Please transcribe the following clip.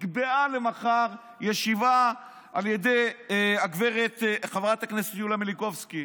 נקבעה למחר ישיבה על ידי חברת הכנסת יוליה מלינובסקי.